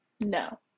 no